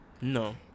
No